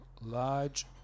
large